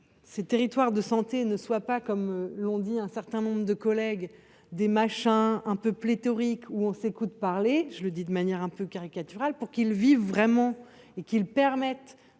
les territoires de santé ne soient pas, comme l’ont dit un certain nombre de collègues, des machins un peu pléthoriques où l’on s’écoute parler – je le dis de manière caricaturale –, pour qu’ils vivent véritablement et qu’ils permettent